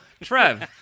Trev